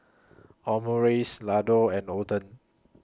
Omurice Ladoo and Oden